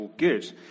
Good